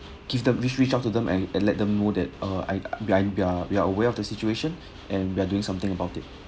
give them reach reach out to them and let them know that uh I uh we are we are aware of the situation and we are doing something about it